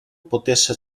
potesse